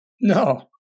No